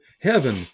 heaven